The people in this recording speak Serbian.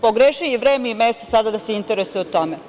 Pogrešio je i vreme i mesto sada da se interesuje o tome.